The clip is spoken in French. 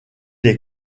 est